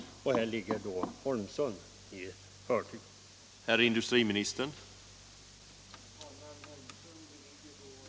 Här ligger nu Holmsund i förtur.